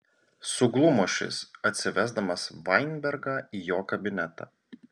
suglumo šis atsivesdamas vainbergą į jo kabinetą